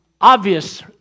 obvious